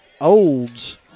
Olds